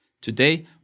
Today